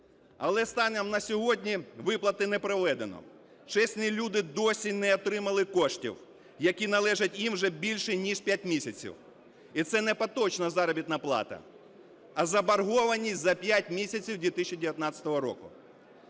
Але станом на сьогодні виплати не проведено. Чесні люди досі не отримали коштів, які належать їм вже більше ніж 5 місяців. І це не поточна заробітна плата, а заборгованість за 5 місяців 2019 року.